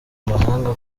amahanga